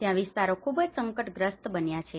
તેથી ત્યાં વિસ્તારો ખુબ જ સંકટગ્રસ્ત બન્યા છે